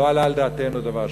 לא עלה על דעתנו דבר שכזה,